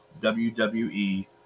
WWE